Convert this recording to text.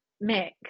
mix